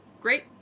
great